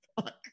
fuck